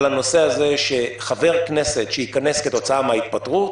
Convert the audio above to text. על הנושא הזה שחבר כנסת שייכנס כתוצאה מההתפטרות,